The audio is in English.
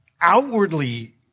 outwardly